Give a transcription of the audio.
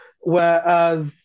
whereas